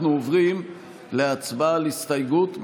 אנחנו עוברים להצבעה על הסתייגות מס'